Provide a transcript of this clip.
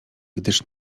gdyż